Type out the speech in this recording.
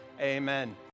amen